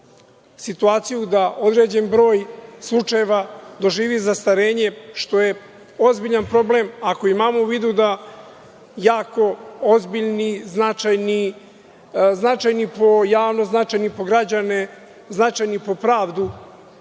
situaciju da određen broj slučajeva doživi zastarenje, što je ozbiljan problem ako imamo u vidu da jako ozbiljni, značajni, značajni po javnost, značajni po građane, značajni po pravdu